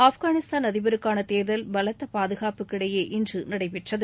ஆப்கானிஸ்தான் அதிபருக்கான தேர்தல் பலத்த பாதுகாப்புக்கு இடையே இன்று நடைபெறுகிறது